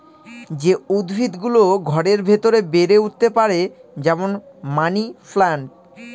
যে উদ্ভিদ গুলো ঘরের ভেতরে বেড়ে উঠতে পারে, যেমন মানি প্লান্ট